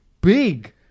big